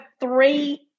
three